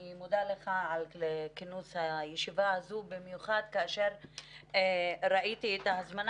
אני מודה לך על כינוס הישיבה הזאת במיוחד כאשר ראיתי את ההזמנה